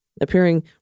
Appearing